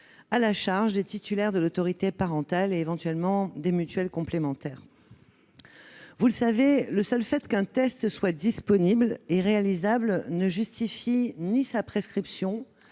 à la charge des titulaires de l'autorité parentale et, éventuellement, des mutuelles complémentaires. Le seul fait qu'un test soit disponible et réalisable ne justifie ni sa prescription